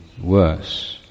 worse